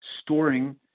storing